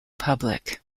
public